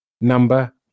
Number